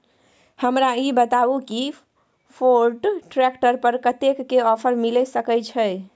हमरा ई बताउ कि फोर्ड ट्रैक्टर पर कतेक के ऑफर मिलय सके छै?